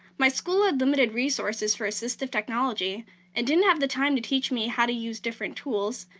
my school had limited resources for assistive technology and didn't have the time to teach me how to use different tools.